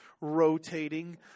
rotating